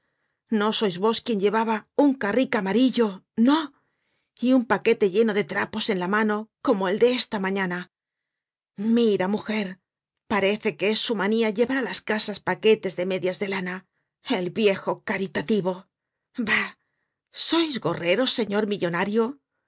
no sois vos quien llevaba un carrik amarillo no y un paquete lleno de trapos en la mano como el de esta mañana mira mujer parece que es su manía llevar á las casas paquetes de medias de lana el viejo caritativo bah sois gorrero señor millonario